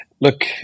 look